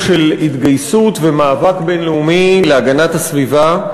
של התגייסות ומאבק בין-לאומי להגנת הסביבה.